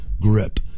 grip